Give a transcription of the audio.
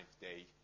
day